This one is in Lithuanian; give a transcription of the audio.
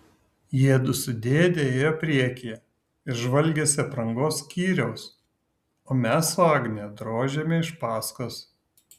jiedu su dėde ėjo priekyje ir žvalgėsi aprangos skyriaus o mes su agne drožėme iš paskos